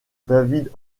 david